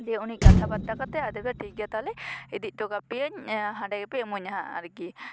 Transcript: ᱫᱤᱭᱮ ᱩᱱᱤ ᱠᱟᱛᱷᱟ ᱵᱟᱛᱛᱟ ᱠᱟᱛᱮ ᱟᱫᱚ ᱴᱷᱤᱠ ᱜᱮᱭᱟ ᱛᱟᱦᱮᱞᱮ ᱤᱫᱤ ᱚᱴᱚ ᱠᱟᱯᱮᱭᱟᱹᱧ ᱦᱟᱸᱰᱮ ᱜᱮᱯᱮ ᱤᱢᱟᱹᱧᱟ ᱦᱟᱜ ᱟᱨᱠᱤ